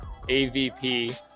avp